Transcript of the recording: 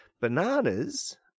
bananas